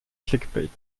clickbait